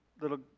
little